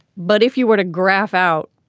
but if you were to graph out.